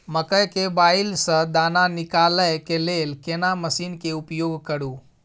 मकई के बाईल स दाना निकालय के लेल केना मसीन के उपयोग करू?